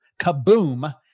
Kaboom